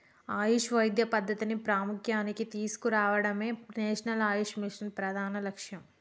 ఆయుష్ వైద్య పద్ధతిని ప్రాముఖ్య్యానికి తీసుకురావడమే నేషనల్ ఆయుష్ మిషన్ ప్రధాన లక్ష్యం